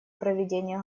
проведения